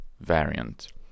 variant